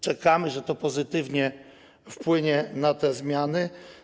Czekamy, że to pozytywnie wpłynie na zmiany.